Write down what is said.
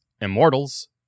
Immortals